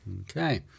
okay